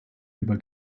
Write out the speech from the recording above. über